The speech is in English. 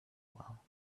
well